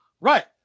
Right